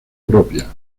propia